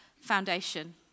foundation